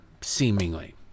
seemingly